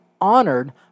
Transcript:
honored